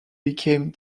became